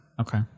Okay